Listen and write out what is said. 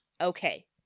okay